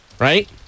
Right